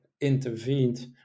intervened